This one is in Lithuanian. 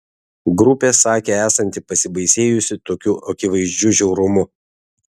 grupė sakė esanti pasibaisėjusi tokiu akivaizdžiu žiaurumu